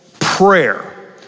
prayer